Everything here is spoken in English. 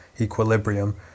equilibrium